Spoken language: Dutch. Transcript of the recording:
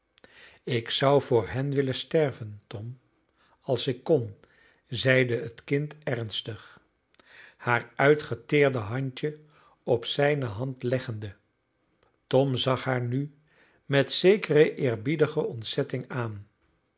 ik zou voor hen willen sterven tom als ik kon zeide het kind ernstig haar uitgeteerde handje op zijne hand leggende tom zag haar nu met zekere eerbiedige ontzetting aan